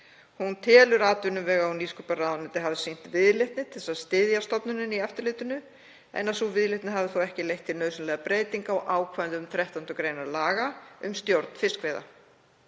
Hún telur atvinnuvega- og nýsköpunarráðuneyti hafa sýnt viðleitni til þess að styðja stofnunina í eftirlitinu en að sú viðleitni hafi þó ekki leitt til nauðsynlegra breytinga á ákvæðum 13. gr. laga um stjórn fiskveiða.